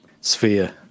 sphere